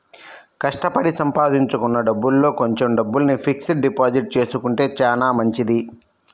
కష్టపడి సంపాదించుకున్న డబ్బుల్లో కొంచెం డబ్బుల్ని ఫిక్స్డ్ డిపాజిట్ చేసుకుంటే చానా మంచిది